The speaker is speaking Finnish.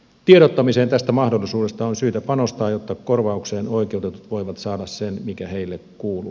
tiedottamiseen tästä mahdollisuudesta on syytä panostaa jotta korvaukseen oikeutetut voivat saada sen mikä heille kuuluu